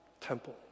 temple